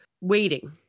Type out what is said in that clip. waiting